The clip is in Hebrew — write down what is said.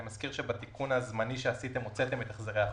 אני מזכיר שבתיקון הזמני שעשיתם הוצאתם את החזרי החוב,